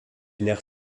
nerf